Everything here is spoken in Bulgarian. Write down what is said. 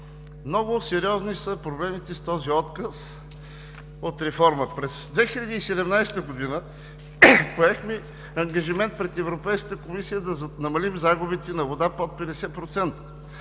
Много сериозни са проблемите с този отказ от реформа. През 2017 г. поехме ангажимент пред Европейската комисия да намалим загубите на вода под 50%,